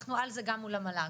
ואנחנו על זה גם מול המל"ג.